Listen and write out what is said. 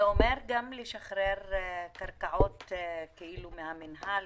זה אומר גם לשחרר קרקעות מן המינהל?